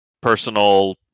personal